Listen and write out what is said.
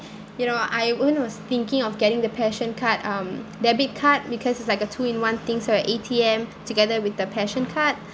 you know ivan was thinking of getting the PAssion card um debit card because it's like a two in one thing so your A_T_M together with the PAssion card